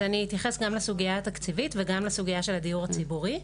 אתייחס גם לסוגיה התקציבית וגם לסוגיית הדיור הציבורי.